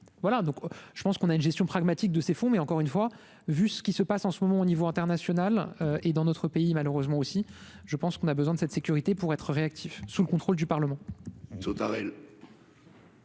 voilà donc je pense qu'on a une gestion pragmatique de ces fonds, mais encore une fois, vu ce qui se passe en ce moment au niveau international et dans notre pays, malheureusement aussi, je pense qu'on a besoin de cette sécurité pour être réactif sous le contrôle du Parlement